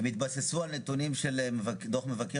כי הם התבססו על הנתונים של דו"ח מבקר